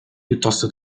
piuttosto